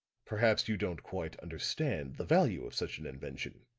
perhaps you don't quite understand the value of such an invention,